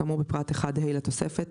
כאמור בפרט 1(ה) לתוספת,